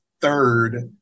third